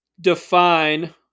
define